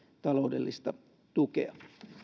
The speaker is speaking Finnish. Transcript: taloudellista tukea